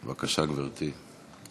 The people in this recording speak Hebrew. בבקשה, גברתי.